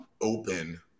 open